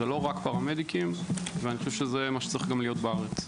זה לא רק פרמדיקים, וזה מה שצריך להיות גם בארץ.